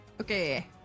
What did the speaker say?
Okay